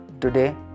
Today